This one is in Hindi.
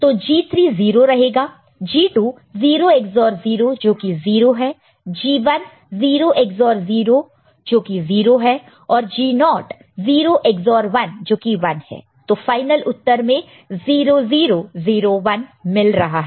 तो G3 0 रहेगा G2 0 XOR 0 जोकि 0 है G1 0 XOR 0 जोकि 0 है और G0 0 XOR 1 जोकि 1 है तो फाइनल उत्तर में 0 0 0 1 मिल रहा है